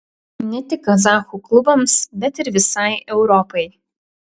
ne tik kazachų klubams bet ir visai europai